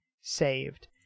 saved